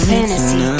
Fantasy